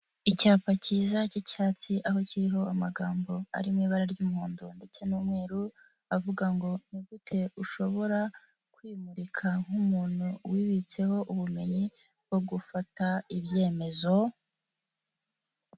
Icyapa k'iza k'icyatsi aho kiriho amagambo ari mu ibara ry'umuhondo ndetse n'umweru avuga ngo ni gute ushobora kwimurika nk'umuntu wibitseho ubumenyi bwo gufata ibyemezo.